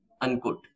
unquote